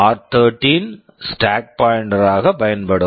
ஆர்13 r13 stack stack pointer pointer ஆக பயன்படும்